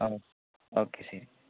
okay ശരി